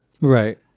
Right